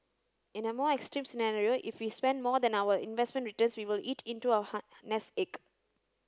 in a more extreme scenario if we spent more than our investment returns we will eat into our nest egg